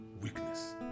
weakness